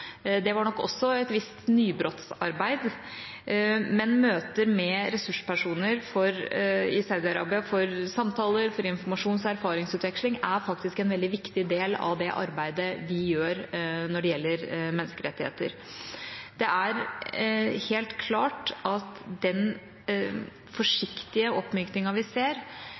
Det var nok også et visst nybrottsarbeid. Men møter med ressurspersoner i Saudi-Arabia for samtaler, for informasjons- og erfaringsutveksling, er faktisk en veldig viktig del av det arbeidet vi gjør når det gjelder menneskerettigheter. Det er helt klart at den forsiktige oppmykningen vi ser,